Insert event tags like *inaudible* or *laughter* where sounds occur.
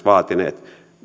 *unintelligible* vaatineet